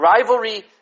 rivalry